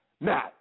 Now